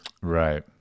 right